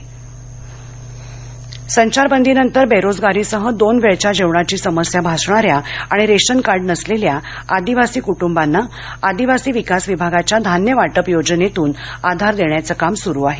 आदीवासी संचारबंदीनंतर बेरोजगारीसह दोन वेळच्या जेवणाची समस्या भासणाऱ्या आणि रेशन कार्ड नसलेल्या आदिवासी कुटुंबांना आदिवासी विकास विभागाच्या धान्य वाटप योजनेतून आधार देण्याचे काम सुरु आहे